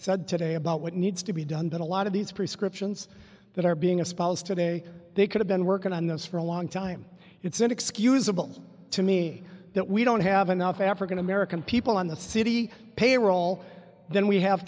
said today about what needs to be done but a lot of these prescriptions that are being a spouse today they could have been working on this for a long time it's inexcusable to me that we don't have enough african american people in the city payroll then we have